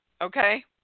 Okay